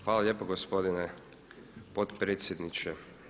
Hvala lijepo gospodine potpredsjedniče.